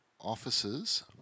officers